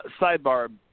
Sidebar